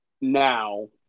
now